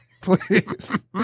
Please